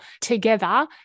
together